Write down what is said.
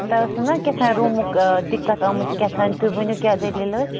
تۄہہِ اوسوٗ نَہ کیٛاہ تھانۍ روٗمُک دِقعت آمٕژ کیٛاہ تھانۍ تُہۍ ؤنِو کیٛاہ دٔلیٖل ٲس